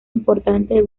importante